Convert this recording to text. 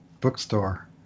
bookstore